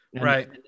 Right